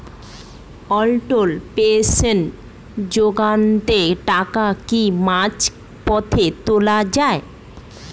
অটল pension যোজনাতে টাকা কি মাঝপথে তোলা যায়?